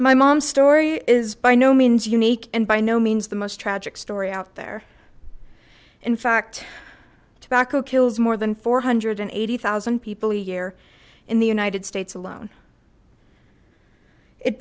my mom's story is by no means unique and by no means the most tragic story out there in fact tobacco kills more than four hundred and eighty thousand people a year in the united states alone it